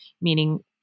meaning